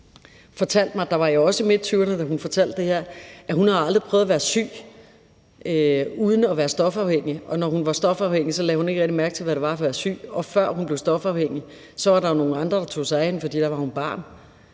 i midttyverne, at hun aldrig havde prøvet at være syg uden at være stofafhængig, og når hun var stofafhængig, lagde hun ikke rigtig mærke til, hvad det var at være syg. Og før hun blev stofafhængig, var der jo nogle andre, der tog sig af hende, for da var hun barn.